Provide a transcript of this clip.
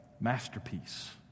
masterpiece